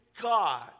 God